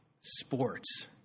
sports